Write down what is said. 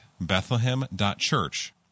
Bethlehem.Church